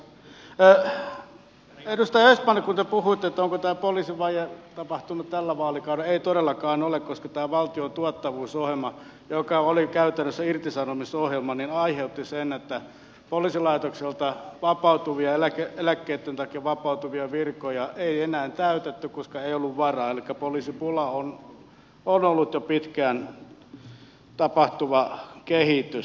edustaja östman kun te puhuitte että onko tämä poliisivaje tapahtunut tällä vaalikaudella niin ei todellakaan ole koska tämä valtion tuottavuusohjelma joka oli käytännössä irtisanomisohjelma aiheutti sen että poliisilaitoksilta eläkkeitten takia vapautuvia virkoja ei enää täytetty koska ei ollut varaa elikkä poliisipula on ollut jo pitkään tapahtuva kehitys